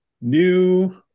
new